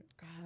God